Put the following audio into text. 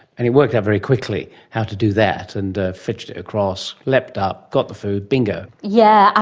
and it worked out very quickly how to do that, and ah fetched it across, leapt up, got the food, bingo. yeah